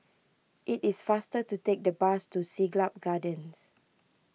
it is faster to take the bus to Siglap Gardens